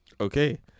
okay